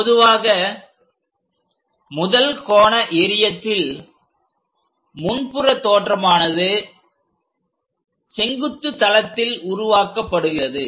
பொதுவாக முதல் கோண எறியத்தில் முன்புற தோற்றமானது செங்குத்து தளத்தில் உருவாக்கப்படுகிறது